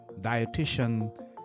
dietitian